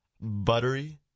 buttery